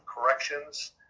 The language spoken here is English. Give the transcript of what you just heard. Corrections